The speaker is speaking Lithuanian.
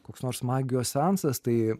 koks nors magijos seansas tai